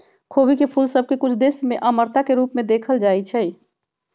खोबी के फूल सभ के कुछ देश में अमरता के रूप में देखल जाइ छइ